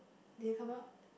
did it come out